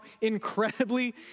incredibly